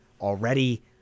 already